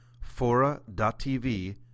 Fora.tv